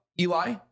Eli